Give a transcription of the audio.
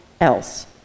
else